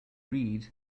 read